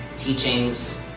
teachings